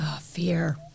Fear